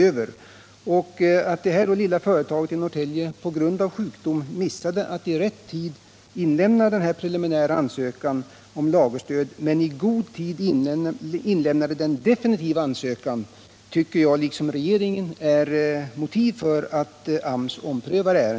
Effekterna av denna prutning börjar nu göra sig gällande, och om ingen åtgärd vidtas medför anslagsnedskärningen att ett ännu större antal poliser blir bundna av att bevaka arrestanter.